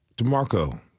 DeMarco